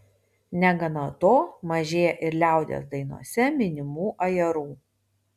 negana to mažėja ir liaudies dainose minimų ajerų